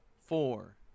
Four